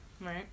Right